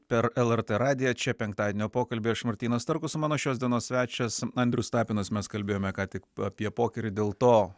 per lrt radiją čia penktadienio pokalbyje aš martynas starkus mano šios dienos svečias andrius tapinas mes kalbėjome ką tik apie pokerį dėl to